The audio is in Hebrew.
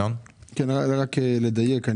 רק לדייק.